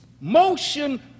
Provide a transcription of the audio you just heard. motion